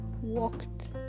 walked